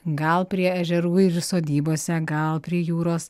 gal prie ežerų ir sodybose gal prie jūros